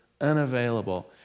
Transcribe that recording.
unavailable